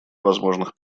возможных